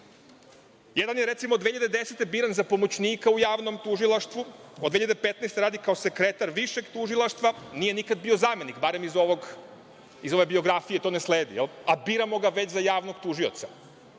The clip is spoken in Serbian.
Jedan je, recimo, 2010. godine biran za pomoćnika u javnom tužilaštvu, od 2015. godine radi kao sekretar višeg tužilaštva, nije nikad bio zamenik, barem iz ove biografije to ne sledi, a biramo ga već za javnog tužioca.